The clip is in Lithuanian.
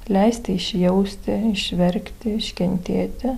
leisti išjausti išverkti iškentėti